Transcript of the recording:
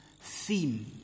theme